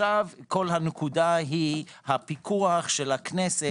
כל הנקודה היא פיקוח הכנסת.